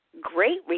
great